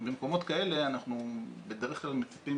במקומות כאלה אנחנו בדרך כלל מצפים